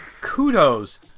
kudos